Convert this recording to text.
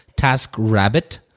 TaskRabbit